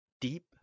deep